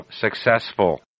successful